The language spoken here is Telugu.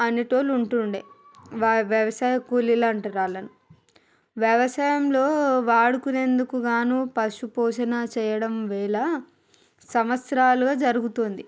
అనేటోళ్ళు ఉంటుండే వ వ్యవసాయ కూలీలు అంటారు వాళ్ళని వ్యవసాయంలో వాడుకునేందుకు గాను పశుపోషణ చేయడం వేల సంవత్సరాలుగా జరుగుతుంది